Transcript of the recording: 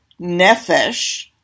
nefesh